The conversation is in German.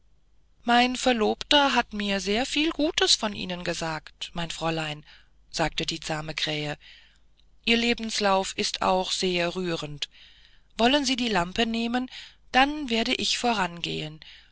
mein verlobter hat mir sehr viel gutes von ihnen gesagt mein kleines fräulein sagte die zahme krähe ihr lebenslauf ist auch sehr rührend wollen sie die lampe nehmen dann werde ich vorangehen